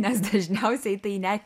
nes dažniausiai tai net